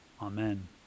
Amen